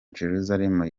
jerusalem